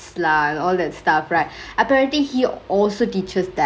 lah all that stuff right apparently he also teaches that